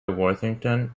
worthington